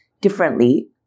differently